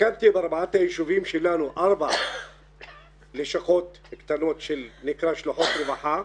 הקמתי בארבעת היישובים שלנו ארבע לשכות קטנות שנקראות לשכות רווחה,